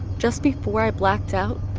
just before i blacked out,